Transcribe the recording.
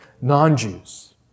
non-Jews